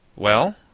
well?